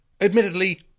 admittedly